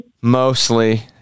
Mostly